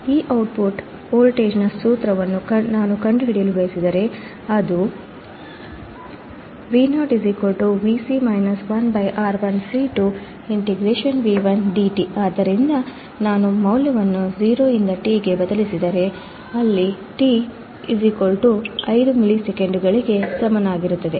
ಈ output ಟ್ಪುಟ್ ವೋಲ್ಟೇಜ್ನ ಸೂತ್ರವನ್ನು ನಾನು ಕಂಡುಹಿಡಿಯಲು ಬಯಸಿದರೆ ಅದು ಏನೂ ಅಲ್ಲ ಆದ್ದರಿಂದ ನಾನು ಮೌಲ್ಯವನ್ನು 0 ರಿಂದ t ಗೆ ಬದಲಿಸಿದರೆ ಅಲ್ಲಿ t 5 ಮಿಲಿಸೆಕೆಂಡುಗಳಿಗೆ ಸಮನಾಗಿರುತ್ತದೆ